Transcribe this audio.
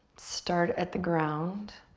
start at the ground,